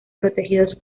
protegidos